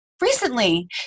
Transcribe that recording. recently